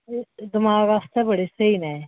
एह् दमाक आस्तै बड़े स्हेई न ऐ